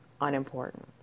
unimportant